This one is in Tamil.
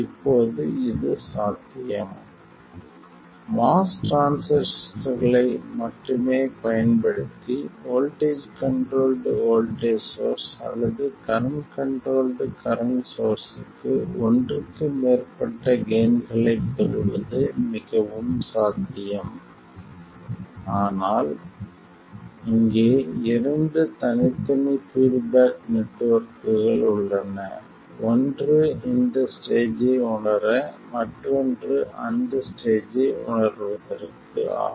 இப்போது இது சாத்தியம் MOS டிரான்சிஸ்டர்களை மட்டுமே பயன்படுத்தி வோல்ட்டேஜ் கண்ட்ரோல்ட் வோல்ட்டேஜ் சோர்ஸ் அல்லது கரண்ட் கண்ட்ரோல்ட் கரண்ட் சோர்ஸ்க்கு ஒன்றுக்கு மேற்பட்ட கெய்ன்களைப் பெறுவது மிகவும் சாத்தியம் ஆனால் இங்கே இரண்டு தனித்தனி பீட்பேக் நெட்வொர்க்குகள் உள்ளன ஒன்று இந்த ஸ்டேஜ் ஐ உணர மற்றொன்று அந்த ஸ்டேஜ் ஐ உணர்வதற்கு ஆகும்